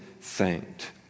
thanked